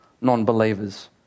non-believers